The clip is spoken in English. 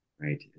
Right